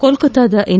ಕೋಲ್ನತ್ತಾದ N